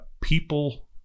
people